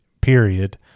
period